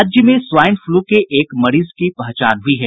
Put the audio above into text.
राज्य में swine flu के एक मरीज की पहचान हुयी है